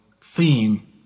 theme